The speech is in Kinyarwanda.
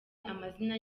amazina